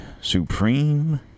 Supreme